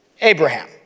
Abraham